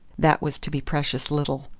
that was to be precious little.